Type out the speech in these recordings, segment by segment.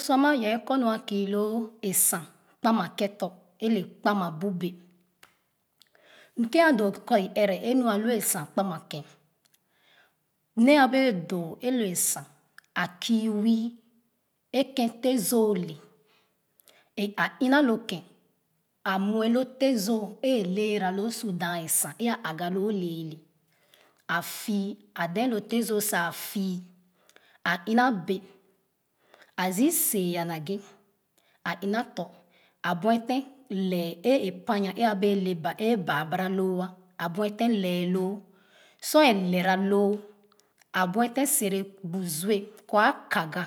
Lo sor ama yr kɔ mu a kù lo asam kpa ma ken tɔ̄ ieɛrɛ inu a lu asan kpama ke'n nee abee doo ẽlu san a kii wii e ke'n te'h zoo le e a ina lo ken a muɛ lo te'h zoo ee elera lu su daa asan e agaahu leele a fii a den lo te'h zoo sa fii a ina bee a zii sɛɛ'a naghe a ina tɔ̄ abueten lɛh eapanyan e a le baa bana loo a huefen lee loo sor ileera loo a buefen sere bu zu'ɛh kɔ a kaga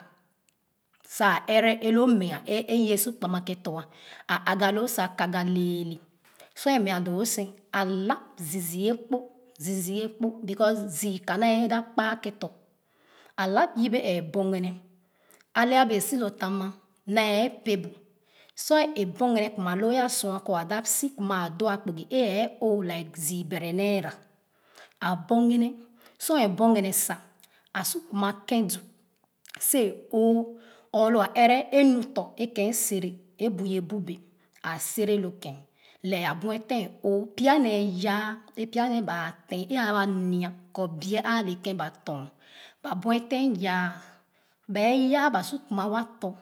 sa ɛrɛ eloo mɛɛ ei wɛa sor kpama ken tɔ̄ a agaloo sa kaga leele sor ẽ meah doo wo sen a lab zii zii akpo zii zii akpo because zii ka nee da kpa ken tɔ̄ alab yebe ɛɛ bogɛnɛ alɛh bee si lo tam ama nee pee bu sor ẽ bogɛnɛ kpa loo é sua kɔ ada si kpaa a kpugi e ɛɛ lɛ zii bɛre naira a bogɛnɛ sor a bogɛnɛ sa a su kuma ken du see'a o'o ɔɔ lo a ɛrɛ e nu tɔ̄ e ken sere é bu ye bubee a sere lo ken lɛɛ a buɛfe o'o pya nee yaa pya nee ba te e a waa nia kɔ bie aa le ken ba tɔn ba buetem yaa bee yaa ba su kuma wa tɔ̄.